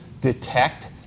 detect